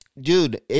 Dude